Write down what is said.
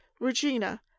Regina